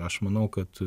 aš manau kad